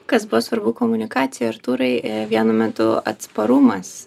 kas buvo svarbu komunikacija artūrai vienu metu atsparumas